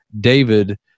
David